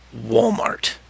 Walmart